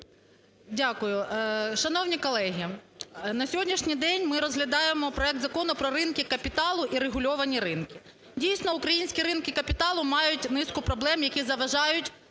Дякую. Шановні колеги, на сьогоднішній день ми розглядаємо проект Закону про ринки капіталу і регульовані ринки. Дійсно українські ринки капіталу мають низку проблем, які заважають